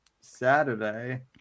Saturday